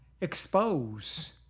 expose